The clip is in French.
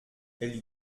elle